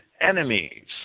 enemies